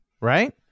right